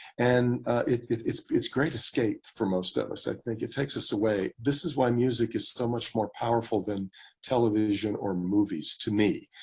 and it's it's great escape for most of us. i think it takes us away. this is why music is so much more powerful than television or movies to me.